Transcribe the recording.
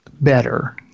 better